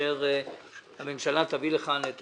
כאשר הממשלה תביא לכאן את